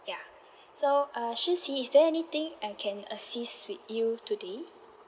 ya so uh xixi is there anything I can assist with you today